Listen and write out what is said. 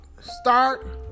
start